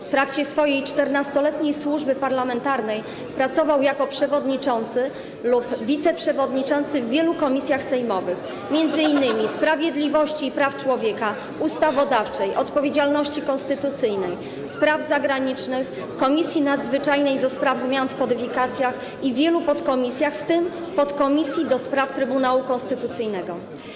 W trakcie swojej 14-letniej służby parlamentarnej pracował jako przewodniczący lub wiceprzewodniczący wielu komisji sejmowych, m.in. Komisji Sprawiedliwości i Praw Człowieka, Komisji Ustawodawczej, Komisji Odpowiedzialności Konstytucyjnej, Komisji Spraw Zagranicznych, Komisji Nadzwyczajnej do spraw zmian w kodyfikacjach oraz w wielu podkomisjach, w tym podkomisji ds. Trybunału Konstytucyjnego.